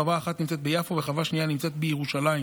חווה אחת נמצאת ביפו וחווה שנייה נמצאת בירושלים.